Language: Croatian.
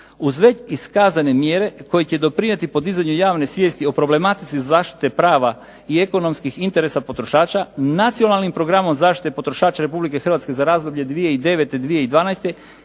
Uz već iskazane mjere koje će doprinijeti podizanju javne svijesti o problematici zaštite prava i ekonomskih interesa potrošača, Nacionalnim programom zaštite potrošača Republike Hrvatske za razdoblje 2009.-2012.